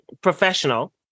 professional